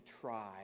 try